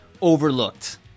Overlooked